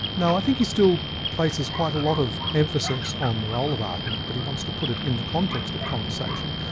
no, i think he still places quite a lot of emphasis on the role of argument, but he wants to put it in the context of conversation.